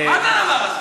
מה זה הדבר הזה?